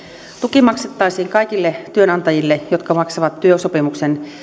tuki maksettaisiin kaikille työnantajille jotka maksavat työsopimuksen